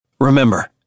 Remember